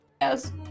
Yes